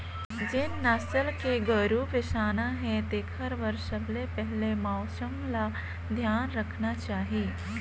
जेन नसल के गोरु बेसाना हे तेखर बर सबले पहिले मउसम ल धियान रखना चाही